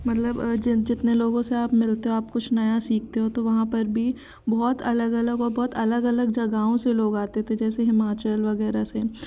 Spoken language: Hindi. मतलब जितने लोगों से आप मिलते हो आप कुछ नया सीखते हो तो वहाँ पर भी बहुत अलग अलग और बहुत अलग अलग जगहों से लोग आते थे जैसे हिमाचल वगैरह से